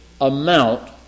amount